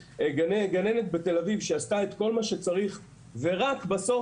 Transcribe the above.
גננת בתל אביב שעשתה את כל מה שצריך ורק בסוף